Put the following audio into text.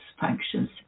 functions